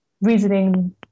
reasoning